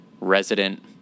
resident